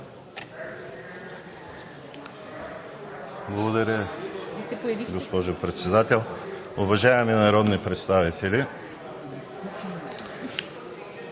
Благодаря, госпожо Председател. Уважаеми народни представители!